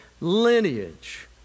lineage